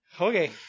Okay